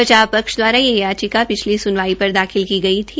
बचाव पक्ष दवारा याचिका पिछली सुनवाई पर दाखिल की गई थी